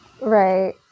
Right